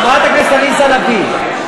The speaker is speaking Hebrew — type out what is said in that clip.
חברת הכנסת עליזה לביא,